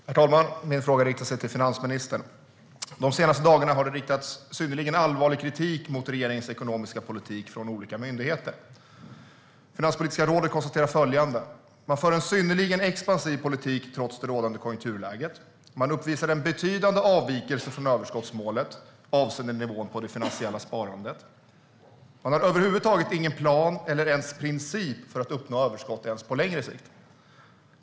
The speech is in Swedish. Herr talman! Min fråga är riktad till finansministern. De senaste dagarna har det riktats synnerligen allvarlig kritik mot regeringens ekonomiska politik från olika myndigheter. Finanspolitiska rådet konstaterar följande om regeringen: Man för en synnerligen expansiv politik trots det rådande konjunkturläget. Man uppvisar en betydande avvikelse från överskottsmålet avseende nivån på det finansiella sparandet. Man har över huvud taget ingen plan eller ens princip för att uppnå överskott ens på längre sikt.